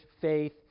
faith